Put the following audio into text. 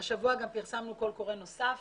השבוע גם פרסמנו קול קורא נוסף,